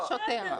יבוא שוטר.